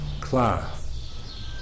class